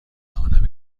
توانم